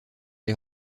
les